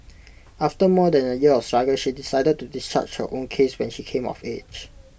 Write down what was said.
after more than A year of struggle she decided to discharge her own case when she came of age